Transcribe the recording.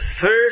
first